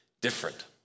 different